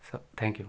so thank you